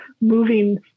moving